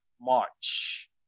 March